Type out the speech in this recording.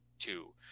two